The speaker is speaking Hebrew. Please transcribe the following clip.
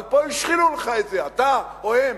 אבל פה השחילו לך את זה, אתה או הם.